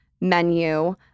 menu